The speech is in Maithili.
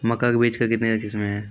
मक्का के बीज का कितने किसमें हैं?